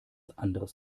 anderes